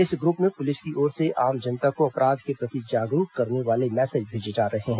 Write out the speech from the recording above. इस ग्रुप में पुलिस की ओर से आम जनता को अपराध के प्रति जागरूक करने वाले मैसेज भेजे जा रहे हैं